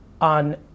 on